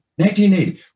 1980